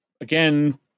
again